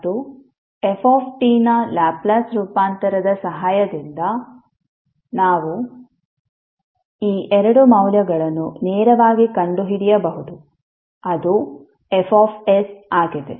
ಮತ್ತು f ನ Laplace ರೂಪಾಂತರದ ಸಹಾಯದಿಂದ ನಾವು ಈ ಎರಡು ಮೌಲ್ಯಗಳನ್ನು ನೇರವಾಗಿ ಕಂಡುಹಿಡಿಯಬಹುದು ಅದು F ಆಗಿದೆ